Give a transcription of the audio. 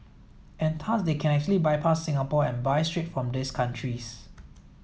and thus they can actually bypass Singapore and buy straight from these countries